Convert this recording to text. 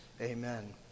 Amen